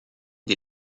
des